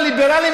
הליברלים,